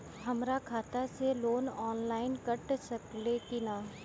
हमरा खाता से लोन ऑनलाइन कट सकले कि न?